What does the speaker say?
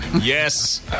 Yes